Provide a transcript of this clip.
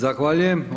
Zahvaljujem.